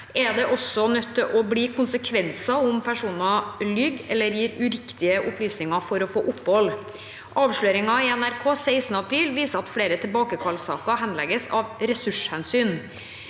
må det få konsekvenser dersom personer lyver eller gir uriktige opplysninger for å få opphold. Avsløringer i NRK 16. april viser at flere tilbakekallssaker henlegges av ressurshensyn.